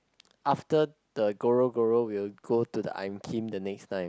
after the Goro Goro we will go to the I'm Kim next time